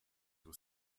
with